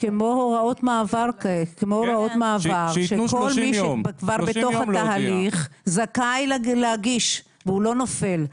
כמו הוראות מעבר שכל מי שכבר בתוך התהליך זכאי להגיש והוא לא נופל.